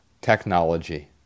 technology